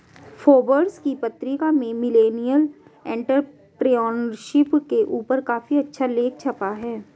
Forbes की पत्रिका में मिलेनियल एंटेरप्रेन्योरशिप के ऊपर काफी अच्छा लेख छपा है